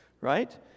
Right